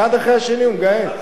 האחד אחרי השני הוא מגהץ.